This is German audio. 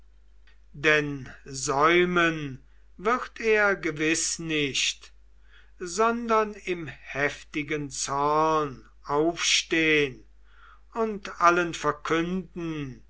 denn säumen wird er gewiß nicht sondern im heftigen zorn aufstehen und allen verkünden